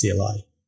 CLI